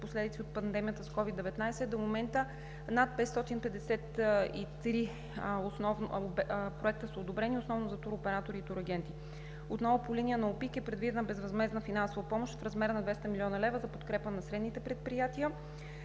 последици от пандемията с COVID-19. До момента са одобрени над 553 проекта основно за туроператори и турагенти. Шесто, отново по линия на ОПИК е предвидена безвъзмездна финансова помощ в размер на 200 млн. лв. за подкрепа на средните предприятия.